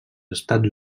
estats